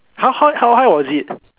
how high how high was it